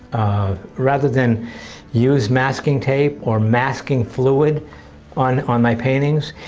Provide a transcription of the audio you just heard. ah rather than use masking tape, or masking fluid on on my paintings.